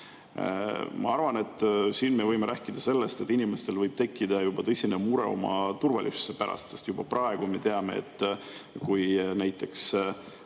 Ma arvan, et siin me võime rääkida sellest, et inimestel võib tekkida tõsine mure oma turvalisuse pärast. Juba praegu me teame, et kui näiteks